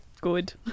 Good